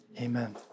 Amen